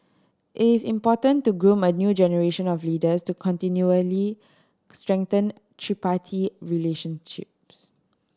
it is important to groom a new generation of leaders to continually strengthen tripartite relationships